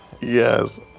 Yes